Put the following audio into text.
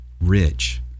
rich